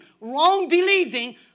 wrong-believing